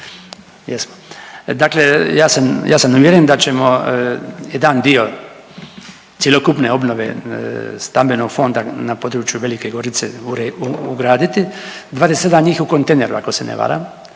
Jesmo, dakle ja sam uvjeren da ćemo jedan dio cjelokupne obnove stambenog fonda na području Velike Gorice ugraditi. 27 njih je u kontejneru ako se ne varam